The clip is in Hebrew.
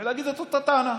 ולהגיד את אותה טענה.